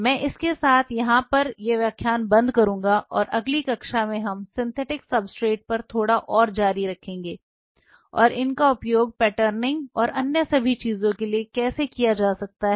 मैं इस के साथ यहां बंद करूंगा और अगली कक्षा में हम सिंथेटिक सब्सट्रेट पर थोड़ा और जारी रखेंगे और इनका उपयोग पैटर्निंग और अन्य सभी चीजों के लिए कैसे किया जा सकता है